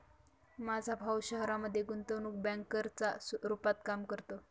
माझा भाऊ शहरामध्ये गुंतवणूक बँकर च्या रूपात काम करतो